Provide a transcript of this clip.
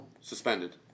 Suspended